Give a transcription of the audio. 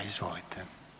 Izvolite.